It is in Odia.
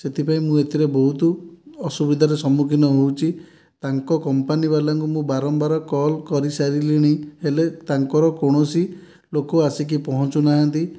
ସେଥିପାଇଁ ମୁଁ ଏଥିରେ ବହୁତ ଅସୁବିଧାର ସମ୍ମୁଖୀନ ହେଉଛି ତାଙ୍କ କମ୍ପାନୀ ବାଲାଙ୍କୁ ମୁଁ ବାରମ୍ବାର କଲ୍ କରିସାରିଲିଣି ହେଲେ ତାଙ୍କର କୌଣସି ଲୋକ ଆସିକି ପହଞ୍ଚୁ ନାହାନ୍ତି